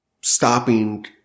stopping